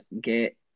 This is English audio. get